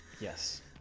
Yes